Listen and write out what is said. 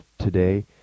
today